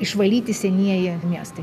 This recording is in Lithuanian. išvalyti senieji miestai